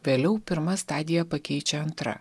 vėliau pirma stadija pakeičia antra